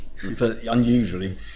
Unusually